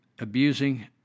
abusing